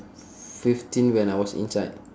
fifteen when I was inside